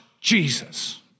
Jesus